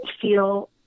feel